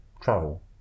travel